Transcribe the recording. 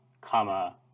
comma